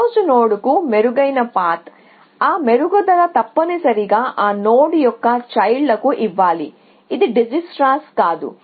closed నోడ్కు మెరుగైన path ఆ మెరుగుదల తప్పనిసరిగా ఆ నోడ్ యొక్క చైల్డ్ లకు ఇవ్వాలి ఇది డిజేక్స్ట్రాస్ కాదు